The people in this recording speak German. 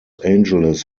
angeles